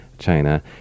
China